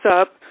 up